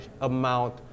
amount